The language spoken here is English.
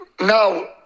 Now